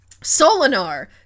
Solinar